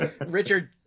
Richard